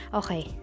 okay